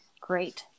Great